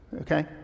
Okay